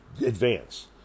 advance